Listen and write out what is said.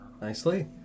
nicely